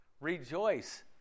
Rejoice